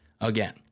again